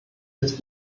jetzt